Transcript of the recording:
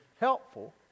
helpful